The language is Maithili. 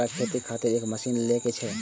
हमरा खेती के खातिर एक मशीन ले के छे?